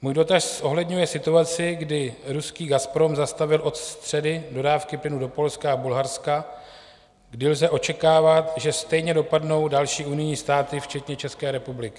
Můj dotaz zohledňuje situaci, kdy ruský Gazprom zastavil od středy dodávky plynu do Polska a Bulharska, kdy lze očekávat, že stejně dopadnou další unijní státy včetně České republiky.